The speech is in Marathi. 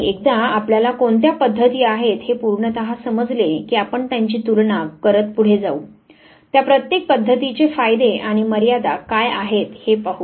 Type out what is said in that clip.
आणि एकदा आपल्याला कोणत्या पध्द्ती आहेत हे पूर्णतः समजले की आपण त्यांची तुलना करत पुढे जाऊ त्या प्रत्येक पद्धतीचे फायदे आणि मर्यादा काय आहेत हे पाहू